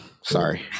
Sorry